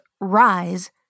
rise